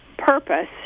purpose